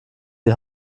die